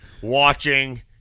watching